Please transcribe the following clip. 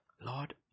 Lord